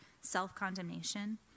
self-condemnation